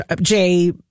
jay